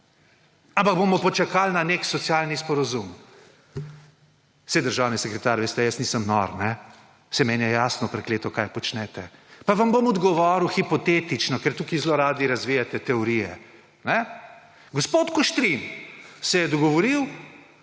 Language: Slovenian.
ampak bomo počakali na nek socialni sporazum? Saj, državni sekretar, veste, jaz nisem nor. Saj meni je jasno prekleto, kaj počnete. Pa vam bom odgovoril hipotetično, ker tukaj zelo radi razvijate teorije. Gospod Kuštrin se je dogovoril,